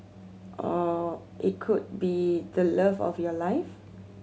or it could be the love of your life